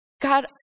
God